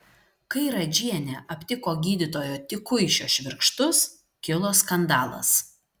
kai radžienė aptiko gydytojo tikuišio švirkštus kilo skandalas